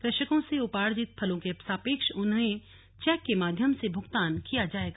कृषकों से उर्पाजित फलों के सापेक्ष उन्हें चेक के माध्यम से भुगतान किया जायेगा